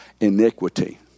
iniquity